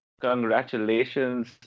Congratulations